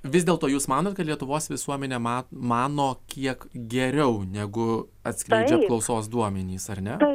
vis dėlto jūs manot kad lietuvos visuomenė mat mano kiek geriau negu atskleidžia apklausos duomenys ar ne